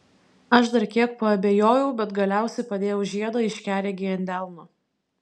aš dar kiek paabejojau bet galiausiai padėjau žiedą aiškiaregei ant delno